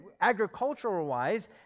agricultural-wise